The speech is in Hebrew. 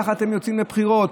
ככה אתם יוצאים לבחירות.